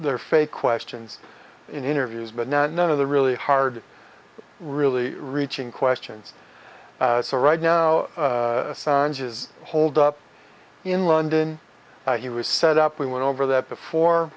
they're fake questions in interviews but not none of the really hard really reaching questions so right now songes holed up in london he was set up we went over that before